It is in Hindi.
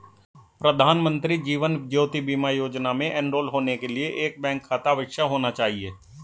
प्रधानमंत्री जीवन ज्योति बीमा योजना में एनरोल होने के लिए एक बैंक खाता अवश्य होना चाहिए